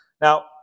Now